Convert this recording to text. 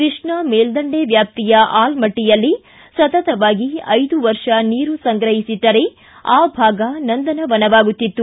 ಕೃಷ್ಣಾಮೇಲ್ದಂಡೆ ವ್ಯಾಪ್ತಿಯ ಆಲಮಟ್ಟಯಲ್ಲಿ ಸತತವಾಗಿ ಐದು ವರ್ಷ ನೀರು ಸಂಗ್ರಹಿಸಿಟ್ಟರೆ ಆ ಭಾಗ ನಂದನವನವಾಗುತ್ತಿತ್ತು